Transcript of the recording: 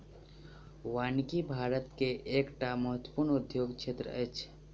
वानिकी भारत के एकटा महत्वपूर्ण उद्योग क्षेत्र अछि